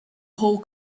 whole